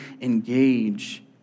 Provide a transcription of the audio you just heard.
engage